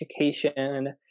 education